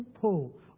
pull